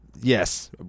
Yes